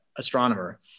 astronomer